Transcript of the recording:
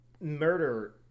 murder